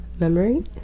memory